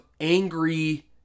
angry